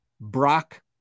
Brock